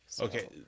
okay